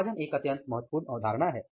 विभाजन एक अत्यंत महत्वपूर्ण अवधारणा है